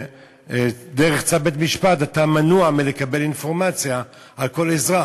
דרך צו בית-משפט אתה מנוע מלקבל אינפורמציה על כל אזרח,